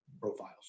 profiles